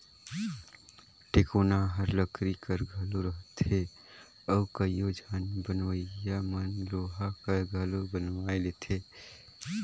टेकोना हर लकरी कर घलो रहथे अउ कइयो झन बनवइया मन लोहा कर घलो बनवाए लेथे